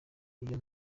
iyo